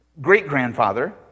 great-grandfather